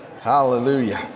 Hallelujah